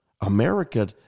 America